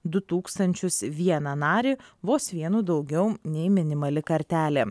du tūkstančius vieną narį vos vienu daugiau nei minimali kartelė